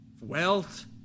wealth